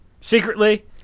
Secretly